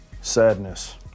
Sadness